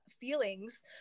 feelings